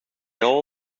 all